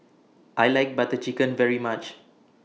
I like Butter Chicken very much